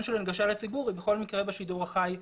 של הנגשה לציבור היא בכל מקרה בשידור החי באינטרנט.